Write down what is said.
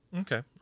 Okay